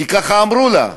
כי ככה אמרו לה: